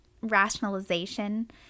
rationalization